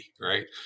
right